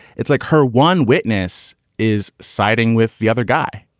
it's like her one witness is siding with the other guy.